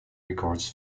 records